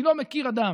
אני לא מכיר אדם,